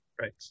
Right